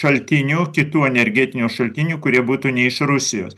šaltinių kitų energetinių šaltinių kurie būtų ne iš rusijos